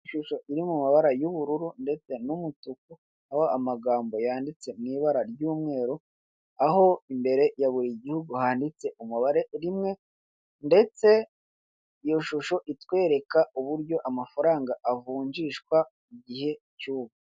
Ishusho iri mu mabara y'ubururu ndetse n'umutuku, aho amagambo yanditse mu ibara ry'umweru, aho imbere ya buri gihugu handitse umubare rimwe, ndetse iyo shusho itwereka uburyo amafaranga avunjishwa mu gihe cy'ubu.